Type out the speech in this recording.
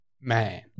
Man